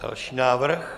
Další návrh.